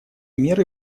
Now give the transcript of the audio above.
меры